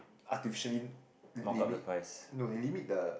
artificially limit no they limit the